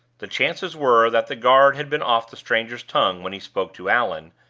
the chances were that the guard had been off the stranger's tongue when he spoke to allan,